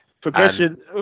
progression